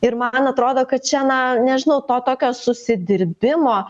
ir man atrodo kad čia na nežinau to tokio susidirbimo